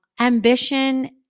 ambition